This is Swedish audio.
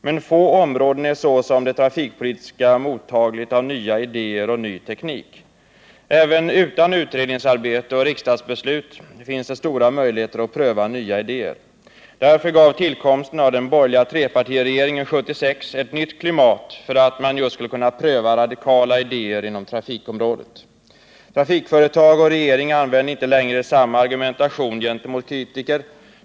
Men få områden är så som det trafikpolitiska mottagligt för nya idéer och ny teknik. Även utan utredningsarbete och riksdagsbeslut finns det stora möjligheter att pröva nya idéer. Därför gav tillkomsten av den borgerliga trepartiregeringen 1976 ett klimat för att just pröva radikala idéer inom trafikområdet. Trafikföretag och regering använde inte längre samma argumentation gentemot kritiker.